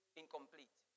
incomplete